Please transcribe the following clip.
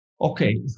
Okay